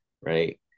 right